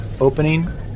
opening